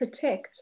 protect